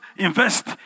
Invest